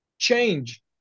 change